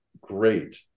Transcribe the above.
great